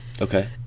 Okay